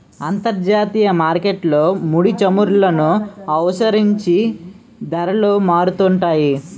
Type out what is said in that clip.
అంతర్జాతీయ మార్కెట్లో ముడిచమురులను అనుసరించి ధరలు మారుతుంటాయి